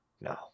No